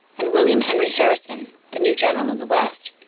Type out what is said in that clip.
and william henry harrison, the new general in the west,